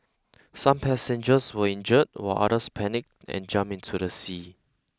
some passengers were injured while others panicked and jumped into the sea